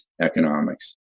economics